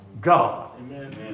God